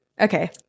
Okay